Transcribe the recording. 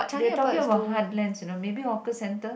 they talking about heartlands you know maybe hawker center